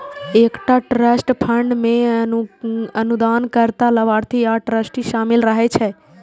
एकटा trust fund मे अनुदानकर्ता, लाभार्थी आ ट्रस्टी शामिल रहै छै